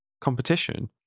competition